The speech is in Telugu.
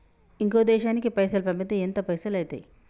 ఇంకో దేశానికి పైసల్ పంపితే ఎంత పైసలు అయితయి?